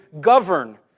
govern